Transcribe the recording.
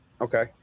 Okay